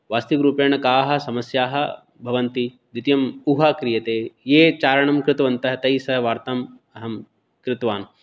वास्तविकरूपेण काः समस्याः भवन्ति द्वितीयम् ऊहा क्रियते ये चारणं कृतवन्तः तैस्सह वार्ताम् अहं कृतवान्